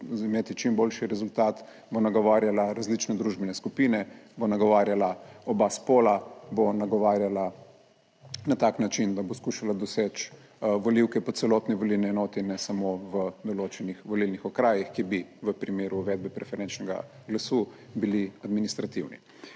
imeti čim boljši rezultat, bo nagovarjala različne družbene skupine, bo nagovarjala oba spola, bo nagovarjala na tak način, da bo skušala doseči volivke po celotni volilni enoti, ne samo v določenih volilnih okrajih, ki bi v primeru uvedbe preferenčnega glasu bili administrativni.